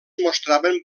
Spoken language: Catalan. mostraven